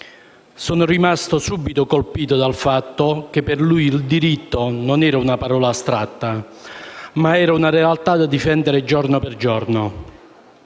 Sono rimasto subito colpito dal fatto che per lui «diritto» non era una parola astratta ma una realtà da difendere giorno per giorno.